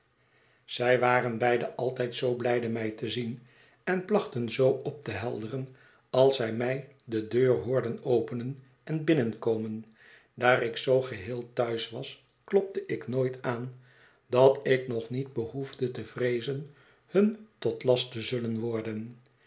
zij waren beide altijd zoo blijde mij te zien en plachten zoo pp te helderen als zij mij de deur hoorden openen en binnenkomen daar ik zoo geheel thuis was klopte ik nooit aan dat ik nog niet behoefde te vreezen hun tot last te zullen worden